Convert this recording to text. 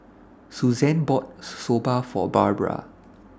Susanne bought Soba For Barbara